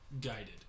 guided